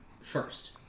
first